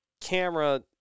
camera